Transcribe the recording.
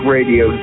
Radio